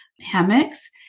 hammocks